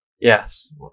Yes